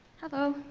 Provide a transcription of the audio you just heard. hello.